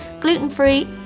gluten-free